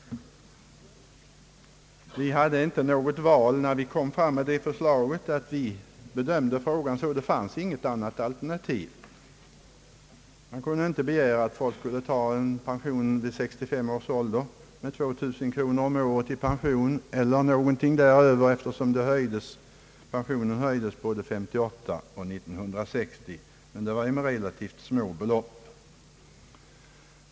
Vi hade inte något val när vi lade fram det förslaget, vi bedömde det så att det inte fanns något annat alternativ. Man kunde inte begära att folk skulle ta en pension vid 65 års ålder på 2000 kronor eller något däröver, eftersom pensionen höjdes både 1958 och 1960 fast med relativt små belopp.